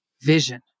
vision